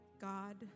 God